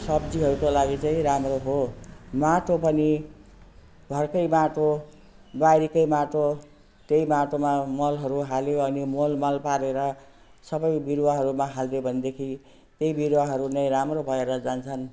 सब्जीहरूको लागि चाहिँ राम्रो हो माटो पनि घरकै माटो बारीकै माटो त्यही माटोमा मलहरू हाल्यो अनि मोलमाल पारेर सबै बिरुवाहरूमा हालिदियो भनेदेखि त्यही बिरुवाहरू नै राम्रो भएर जान्छन्